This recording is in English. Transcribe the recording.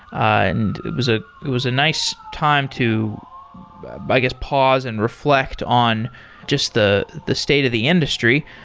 and it was ah it was a nice time to i guess, pause and reflect on just the the state of the industry.